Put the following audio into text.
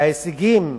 וההישגים,